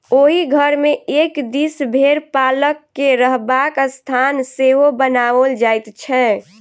ओहि घर मे एक दिस भेंड़ पालक के रहबाक स्थान सेहो बनाओल जाइत छै